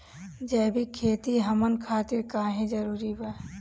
जैविक खेती हमन खातिर काहे जरूरी बा?